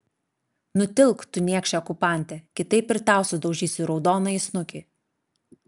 nutilk tu niekše okupante kitaip ir tau sudaužysiu raudonąjį snukį